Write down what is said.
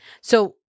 so-